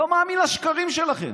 לא מאמין לשקרים שלכם.